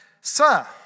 Sir